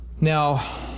Now